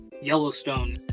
Yellowstone